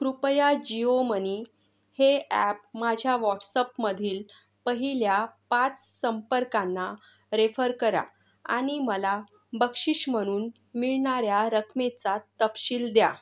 कृपया जिओ मनी हे ॲप माझ्या वॉट्सअपमधील पहिल्या पाच संपर्कांना रेफर करा आणि मला बक्षीस म्हणून मिळणाऱ्या रकमेचा तपशील द्या